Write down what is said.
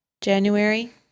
January